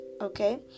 okay